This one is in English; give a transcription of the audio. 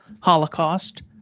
Holocaust